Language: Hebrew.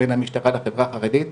בין המשטרה לחברה החרדית.